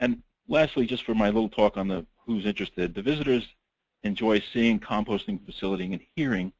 and lastly, just for my little talk on who's interested, the visitors enjoy seeing composting facility and hearing